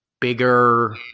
bigger